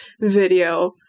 video